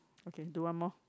okay do one more